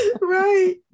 right